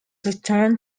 returned